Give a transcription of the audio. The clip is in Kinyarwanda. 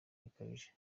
bikabije